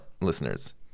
listeners